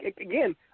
again